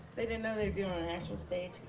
they didn't know there'd be um and an actual stage.